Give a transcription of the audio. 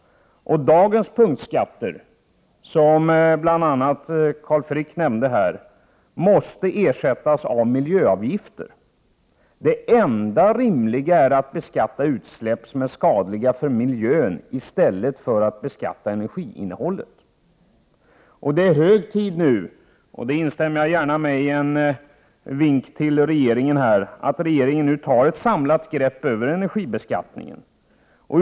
Dagens punktskatter, som bl.a. Carl Frick nämnde, måste ersättas av miljöavgifter. Det enda rimliga är att beskatta utsläpp som är skadliga för miljön i stället för att beskatta energiinnehållet. Det är nu hög tid — jag instämmer gärna i det, med en vink till regeringen — att regeringen tar ett samlat grepp om energibeskattningen.